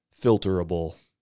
filterable